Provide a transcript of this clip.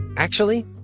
actually,